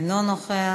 אינו נוכח,